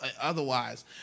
otherwise